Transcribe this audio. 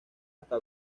hasta